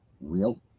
real